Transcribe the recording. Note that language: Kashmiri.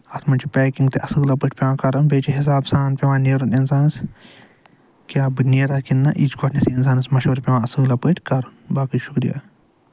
اَتھ منٛز چھُ پٮ۪کِنگ تہِ اَصٕل پٲٹھۍ پٮ۪وان کَرٕنۍ بیٚیہِ چھُ حِساب سان پٮ۪وان نٮ۪رُن اِنسانَس کیاہ بہٕ نٮ۪را کِنہٕ نہ یہِ گۄڈٕنٮ۪تھ اِنسانَس مَشوارٕ پٮ۪وان اَصٕل پٲٹھۍ کَرُن باقٕے شُکرِیا